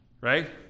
Right